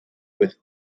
with